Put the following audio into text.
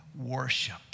worship